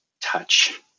touch